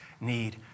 need